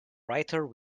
writer